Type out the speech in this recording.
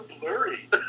blurry